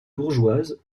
bourgeoises